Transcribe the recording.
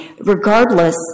Regardless